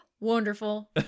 wonderful